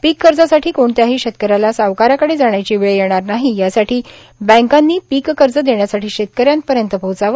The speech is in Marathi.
पीक कर्जासाठी कोणत्याही शेतकऱ्याला सावकाराकडे जाण्याची वेळ येणार नाही यासाठी बँकांनी पीक कर्ज देण्यासाठी शेतकऱ्यांपर्यंत पोहचावे